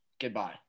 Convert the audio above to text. Goodbye